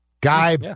Guy